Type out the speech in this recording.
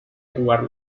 jugar